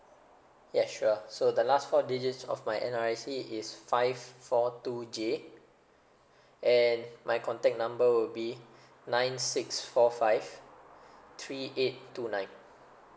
yes sure so the last four digits of my N_R_I_C is five four two J and my contact number would be nine six four five three eight two nine